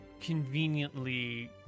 conveniently